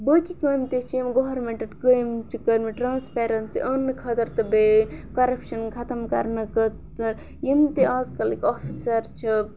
باقٕے کامہِ تہِ چھِ یِم گورنمنٹَن قٲیِم چھِ کٔرمٕتۍ ٹرٛانسپیرَنسی اَننہٕ خٲطرٕ تہٕ بیٚیہِ کَرَپشَن ختم کَرنہٕ خٲطرٕ تہٕ یِم تہِ اَز کَلٕکۍ آفِسَر چھِ